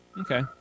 Okay